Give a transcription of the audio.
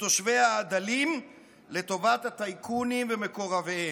מתושביה הדלים לטובת הטייקונים ומקורביהם.